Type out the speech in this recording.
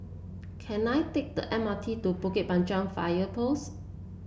can I take the M R T to Bukit Panjang Fire Post